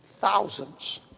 Thousands